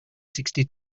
sixty